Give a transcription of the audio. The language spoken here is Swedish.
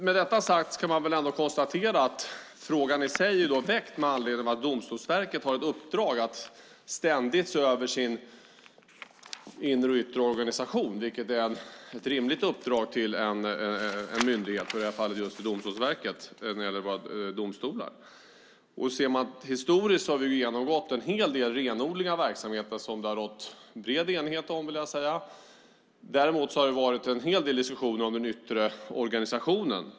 Med detta sagt kan man konstatera att frågan är väckt med anledning av att Domstolsverket har ett uppdrag att ständigt se över sin inre och yttre organisation, vilket är ett rimligt uppdrag till en myndighet, i det här fallet just till Domstolsverket när det gäller våra domstolar. Ser man det historiskt kan man se att vi har genomgått en hel del renodling av verksamheten som det har rått bred enighet om. Däremot har det varit en hel del diskussion om den yttre organisationen.